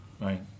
right